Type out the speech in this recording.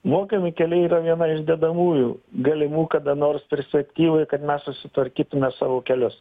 mokami keliai yra viena iš dedamųjų galimų kada nors perspektyvoj kad mes susitvarkytume savo kelius